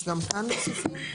אז גם כאן מוסיפים.